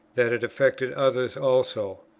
that it affected others also.